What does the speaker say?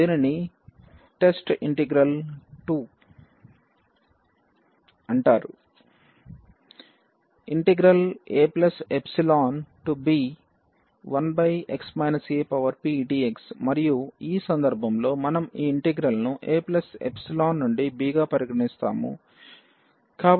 దీనిని test integral II అంటారు aϵb1x apdx మరియు ఈ సందర్భంలో మనము ఈ ఇంటిగ్రల్ ను a ϵ నుండి b గా పరిగణిస్తాము